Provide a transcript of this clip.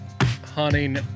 hunting